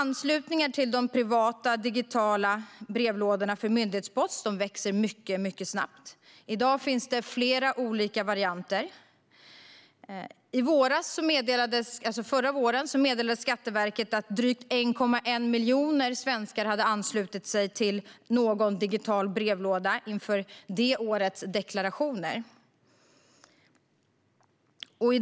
Anslutningar till de privata digitala brevlådorna för myndighetspost växer mycket snabbt. I dag finns det flera olika varianter. Förra våren meddelade Skatteverket att drygt 1,1 miljoner svenskar hade anslutit sig till någon digital brevlåda inför det årets deklarationer.